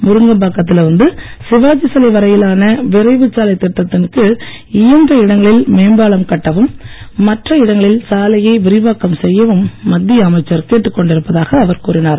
முருங்கம்பாக்க த்தில் இருந்து சிவாஜி சிலை வரையிலான விரைவுச் சாலைத் திட்டத்தின் கீழ் இயன்ற இடங்களில் மேம்பாலம் கட்டவும் மற்ற இடங்களில் சாலையை விரிவாக்கம் செய்யவும் மத்திய அமைச்சர் கேட்டுக் கொண்டிருப்பதாக அவர் கூறினார்